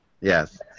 Yes